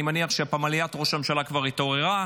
אני מניח שפמליית ראש הממשלה כבר התעוררה,